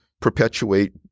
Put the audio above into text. perpetuate